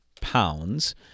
pounds